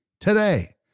today